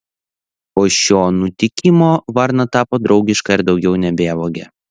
po šio nutikimo varna tapo draugiška ir daugiau nebevogė